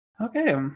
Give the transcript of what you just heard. Okay